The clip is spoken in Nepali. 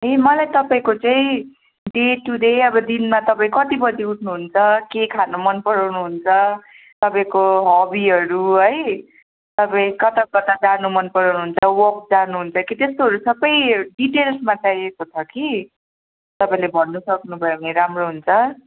ए मलाई तपाईँको चाहिँ डे टु डे अब दिनमा तपाईँ कति बजे उठ्नु हुन्छ के खानु मन पराउनु हुन्छ तपाईँको हबीहरू है तपाईँ कता कता जानु मन पराउनु हुन्छ वक जानुहुन्छ कि त्यस्तोहरू सबै डिटेल्समा चाहिएको छ कि तपाईँले भन्नु सक्नुभयो भने राम्रो हुन्छ